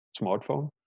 smartphone